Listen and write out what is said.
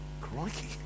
Crikey